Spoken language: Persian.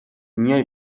میای